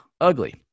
ugly